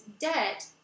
debt